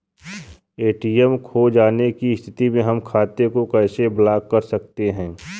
ATM खो जाने की स्थिति में हम खाते को कैसे ब्लॉक कर सकते हैं?